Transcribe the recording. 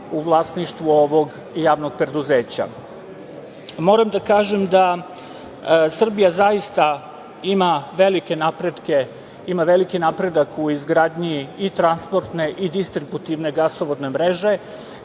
u vlasništvu ovog javnog preduzeća. Moram da kažem da Srbija zaista ima veliki napredak u izgradnji i transportne i distributivne gasovodne mreže